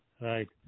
Right